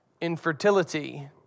infertility